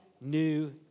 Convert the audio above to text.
new